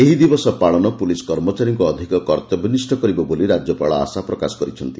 ଏହି ଦିବସ ପାଳନ ପୋଲିସ୍ କର୍ମଚାରୀଙ୍କ ଅଧିକ କର୍ତ୍ତବ୍ୟନିଷ କରିବ ବୋଲି ରାଜ୍ୟପାଳ ଆଶା ପ୍ରକାଶ କରିଛନ୍ତି